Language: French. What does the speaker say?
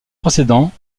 précédent